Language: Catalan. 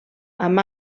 amb